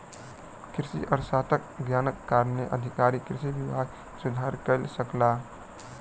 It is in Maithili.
कृषि अर्थशास्त्रक ज्ञानक कारणेँ अधिकारी कृषि विभाग मे सुधार कय सकला